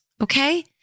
Okay